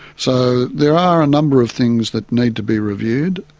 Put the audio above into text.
so there are a number of things that need to be reviewed.